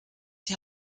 die